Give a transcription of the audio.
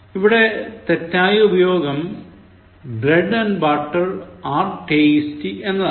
ഇവിടെ തെറ്റായ ഉപയോഗം Bread and butter are tasty എന്നതാണ്